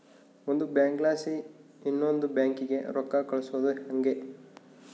ಒಂದು ಬ್ಯಾಂಕ್ಲಾಸಿ ಇನವಂದ್ ಬ್ಯಾಂಕಿಗೆ ರೊಕ್ಕ ಕಳ್ಸೋದು ಯಂಗೆ